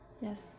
yes